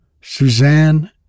Suzanne